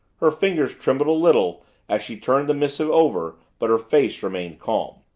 her fingers trembled a little as she turned the missive over but her face remained calm.